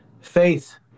faith